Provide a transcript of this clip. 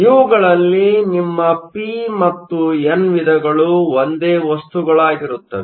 ಇವುಗಳಲ್ಲಿ ನಿಮ್ಮ ಪಿ ಮತ್ತು ಎನ್ ವಿಧಗಳು ಒಂದೇ ವಸ್ತುಗಳಾಗಿರುತ್ತವೆ